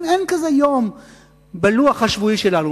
אין כזה יום בלוח השבועי שלנו,